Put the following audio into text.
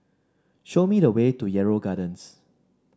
show me the way to Yarrow Gardens